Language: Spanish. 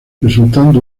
resultando